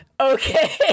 Okay